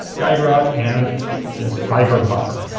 guide rod and this fiber buffer.